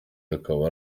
akaba